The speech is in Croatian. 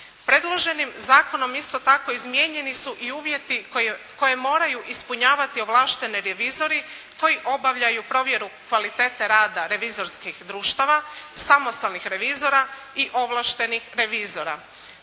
Predloženim zakonom isto tako izmijenjeni su i uvjeti koje moraju ispunjavati ovlašteni revizori koji obavljaju provjeru kvalitete rada revizorskih društava, samostalnih revizora i ovlaštenih revizora.